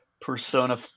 Persona